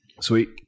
sweet